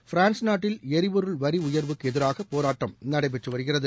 France நாட்டில் எரிபொருள் வரி உயர்வுக்கு எதிராக போராட்டம் நடைபெற்று வருகிறது